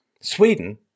Sweden